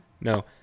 No